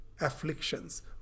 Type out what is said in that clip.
afflictions